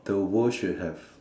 the world should have